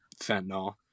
fentanyl